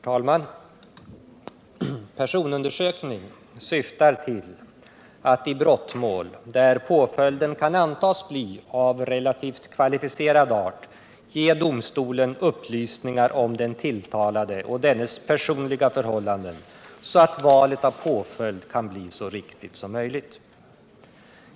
Herr talman! Personundersökning syftar till att i brottmål, där påföljden kan antas bli av relativt kvalificerad art, ge domstolen upplysningar om den tilltalade och dennes personliga förhållanden, så att valet av påföljd kan bli så riktigt som möjligt.